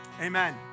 amen